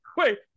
wait